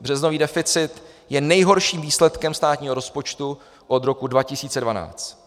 Březnový deficit je nejhorším výsledkem státního rozpočtu od roku 2012.